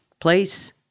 place